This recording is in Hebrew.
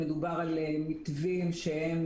מדובר על מתווים שהם